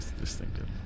distinctive